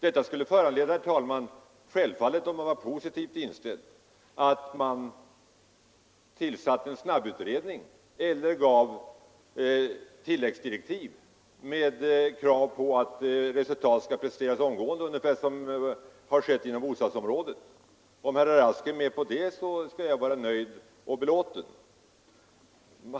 Om Kungl. Maj:t var positivt inställd till lösning av problemet skulle detta självfallet föranleda tillsättandet av en snabbutredning eller att man gav tilläggsdirektiv och krävde att resultat skall presenteras mycket snart, ungefär såsom har skett inom bostadsområdet. Och om herr Rask är med på en sådan utveckling, så skall jag vara nöjd och belåten.